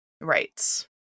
Right